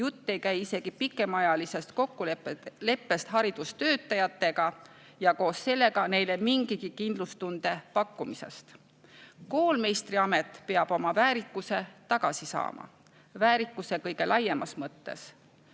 Jutt ei käi isegi pikemaajalisest kokkuleppest haridustöötajatega ja koos sellega neile mingigi kindlustunde pakkumisest. Koolmeistriamet peab oma väärikuse tagasi saama – väärikuse kõige laiemas mõttes.